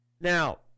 Now